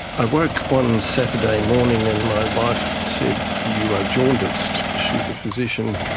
i woke one saturday morning and my wife said, you are jaundiced. she is a physician.